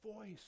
voice